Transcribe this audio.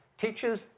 Teachers